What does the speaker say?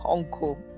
Uncle